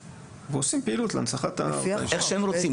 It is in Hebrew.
ועושים פעילות להנצחת --- איך שהם רוצים,